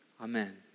amen